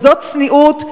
זו צניעות,